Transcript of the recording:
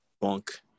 Bunk